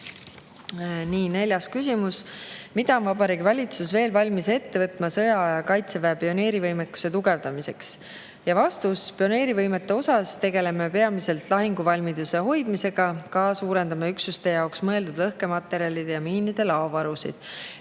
jalaväemiine. Neljas küsimus: "Mida on Vabariigi Valitsus veel valmis ette võtma sõjaaja kaitseväe pioneerivõimekuse tugevdamiseks?" Vastus. Pioneerivõimekuse osas me tegeleme peamiselt lahinguvalmiduse hoidmisega, ka suurendame üksuste jaoks mõeldud lõhkematerjalide ja miinide laovarusid.